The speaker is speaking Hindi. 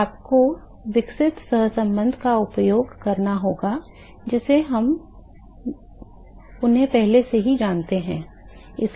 तो आपको विकसित सहसंबंध का उपयोग करना होगा जिसे हम उन्हें पहले से ही जानते हैं